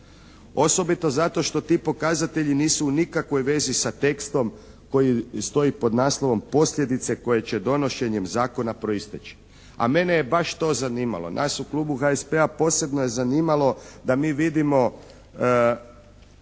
Osobito zato što ti pokazatelji nisu u nikakvoj vezi sa tekstom koji stoji pod naslovom "Posljedice koje će donošenjem zakona proisteći". A mene je baš to zanimalo. Nas u klubu HSP-a posebno je zanimalo da mi vidimo